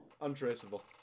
Untraceable